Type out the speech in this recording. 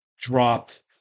dropped